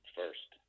first